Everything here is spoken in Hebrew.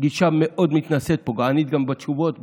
גישה מאוד מתנשאת ופוגענית גם בתשובות ובהתייחסות.